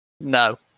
no